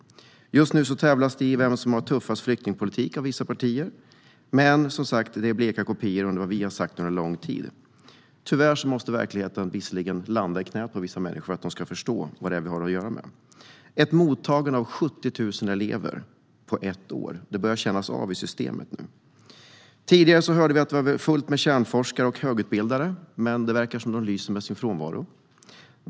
Just nu tävlas det om vem som har den tuffaste flyktingpolitiken bland vissa partier. Men det är, som sagt, bleka kopior av vad vi har sagt under lång tid. Tyvärr måste verkligheten landa i knät på vissa människor för att de ska förstå vad det är vi har att göra med. Ett mottagande av 70 000 elever på ett år börjar nu kännas av i systemet. Tidigare hörde vi att det kom fullt med kärnforskare och högutbildade, men de verkar lysa med sin frånvaro.